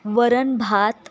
वरणभात